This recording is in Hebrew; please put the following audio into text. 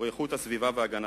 הוא איכות הסביבה והגנתה.